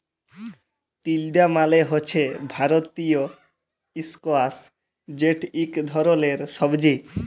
তিলডা মালে হছে ভারতীয় ইস্কয়াশ যেট ইক ধরলের সবজি